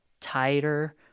Tighter